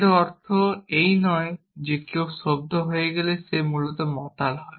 এর অর্থ এই নয় যে যে কেউ স্তম্ভিত হয় সে মূলত মাতাল হয়